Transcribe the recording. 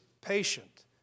patient